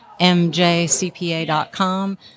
mjcpa.com